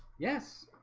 yes,